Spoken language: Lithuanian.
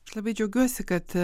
aš labai džiaugiuosi kad